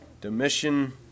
Domitian